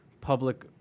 public